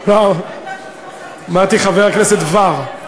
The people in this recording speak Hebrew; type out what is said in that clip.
אמרתי חבר הכנסת בָר.